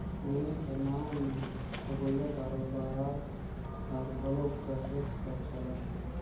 निवेस कर नांव में ठगोइया कारोबार हर घलो कहेच कर चलत हे